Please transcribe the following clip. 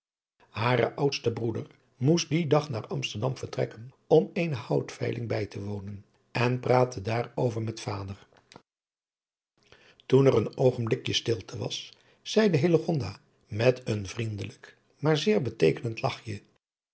haar oudste broeder moest dien dag naar amsterdam vertrekken om eene houtveiling bij te wonen en praatte daarover met vader toen er een oogenblikje stilte was zeide hillegonda met een vriendelijk maar veel